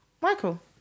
Michael